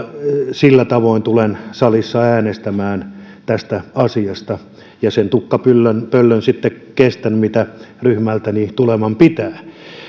sillä tavoin tulen salissa äänestämään tästä asiasta ja sen tukkapöllyn sitten kestän mitä ryhmältäni tuleman pitää